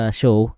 show